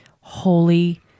Holy